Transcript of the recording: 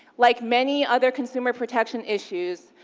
like many other consumer protection issues,